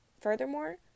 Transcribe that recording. Furthermore